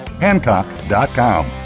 Hancock.com